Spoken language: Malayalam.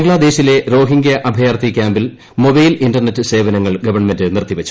ബംഗ്ലാദേശിലെ രോഹിങ്ക്യാ അഭയാർത്ഥി കൃാമ്പിൽ മൊബൈൽ ഇന്റർനെറ്റ് സേവനങ്ങൾ ഗവൺമെന്റ് നിർത്തിവച്ചു